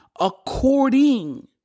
according